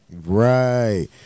Right